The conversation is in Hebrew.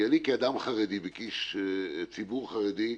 כי אני כאדם חרדי וכאיש ציבור חרדי,